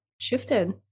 shifted